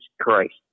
Christ